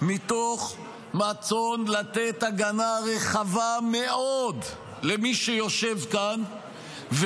מתוך רצון לתת הגנה רחבה מאוד למי שיושב כאן,